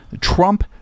Trump